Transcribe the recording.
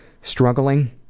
struggling